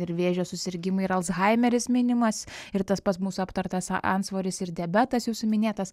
ir vėžio susirgimai ir alzhaimeris minimas ir tas pats mūsų aptartas antsvoris ir diabetas jūsų minėtas